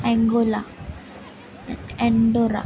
Angola Andorra